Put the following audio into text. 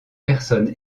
personnes